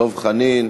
דב חנין.